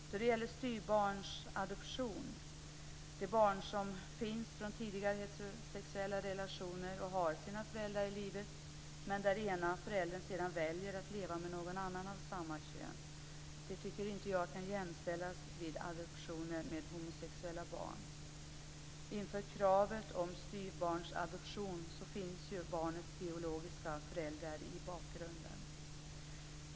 Styvbarnsadoption, adoption av barn som finns från tidigare heterosexuella relationer och har sina föräldrar i livet men där den ena föräldern sedan väljer att leva med någon annan av samma kön, tycker jag inte kan jämställas med adoptioner som görs av homosexuella personer. Inför kravet på styvbarnsadoptioner så finns ju barnets biologiska föräldrar i bakgrunden.